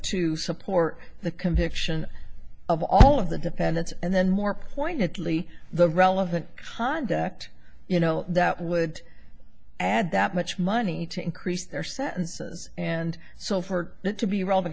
to support the conviction of all of the defendants and then more pointedly the relevant content ect you know that would add that much money to increase their sentences and so for it to be relevant